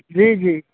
जी जी